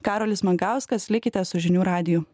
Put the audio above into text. karolis mankauskas likite su žinių radiju